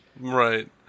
Right